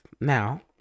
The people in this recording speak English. Now